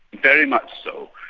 very much so.